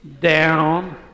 down